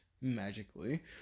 magically